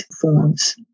forms